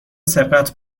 سرقت